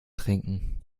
trinken